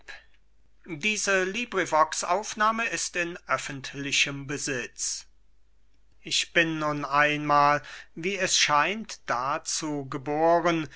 ix lais an aristipp ich bin nun einmahl wie es scheint dazu geboren